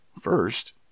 First